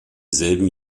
selben